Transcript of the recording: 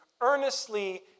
earnestly